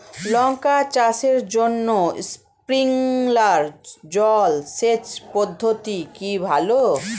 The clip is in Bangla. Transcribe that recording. লঙ্কা চাষের জন্য স্প্রিংলার জল সেচ পদ্ধতি কি ভালো?